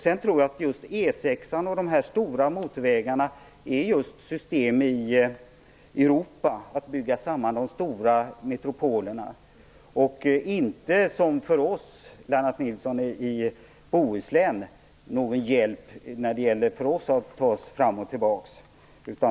Sedan tror jag att just E 6:an och de stora motorvägarna är system för att bygga samman de stora metropolerna i Europa, Lennart Nilsson, och inte någon hjälp för oss i Bohuslän att ta oss fram och tillbaks.